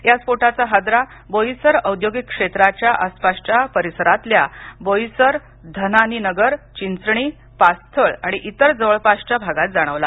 या स्फोटाचा हादरा बोईसर औद्योगिक क्षेत्राच्या आसपासच्या परिसरातल्या बोईसर धनानीनगर चिंचणी पास्थळ आणि इतर जवळपासच्या भागांत जाणवला